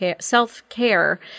self-care